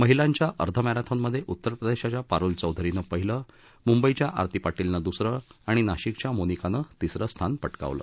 महिलांच्याअर्धमध्ये उत्तर प्रदेशाच्या पारुल चौधरी पहिलं मुंबईच्या आरती पारीलनं दूसरं आणि नाशिकच्या मोनिकानं तीसरं स्थान प क्रिवलं